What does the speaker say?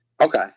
Okay